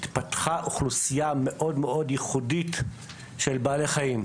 התפתחה אוכלוסייה מאוד ייחודית של בעלי חיים.